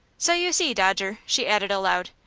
so you see, dodger, she added, aloud,